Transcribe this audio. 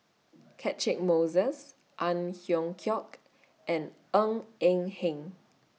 Catchick Moses Ang Hiong Chiok and Ng Eng Hen